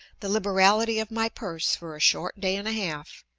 the liberality of my purse for a short day and a half,